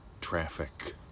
traffic